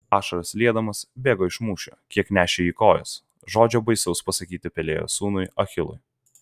ašaras liedamas bėgo iš mūšio kiek nešė jį kojos žodžio baisaus pasakyti pelėjo sūnui achilui